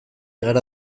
gara